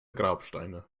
grabsteine